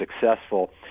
successful